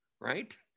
right